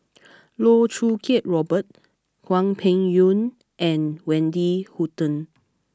Loh Choo Kiat Robert Hwang Peng Yuan and Wendy Hutton